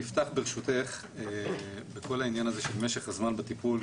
אני אפתח ברשותך בכל העניין הזה של משך הזמן בטיפול,